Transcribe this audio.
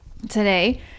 today